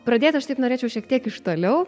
pradėt aš taip norėčiau šiek tiek iš toliau